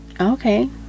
Okay